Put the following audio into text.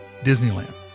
Disneyland